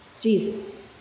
Jesus